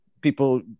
people